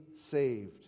saved